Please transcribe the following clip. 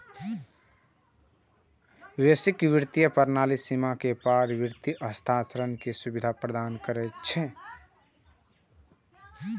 वैश्विक वित्तीय प्रणाली सीमा के पार वित्त हस्तांतरण के सुविधा प्रदान करै छै